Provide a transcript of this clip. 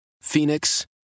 Phoenix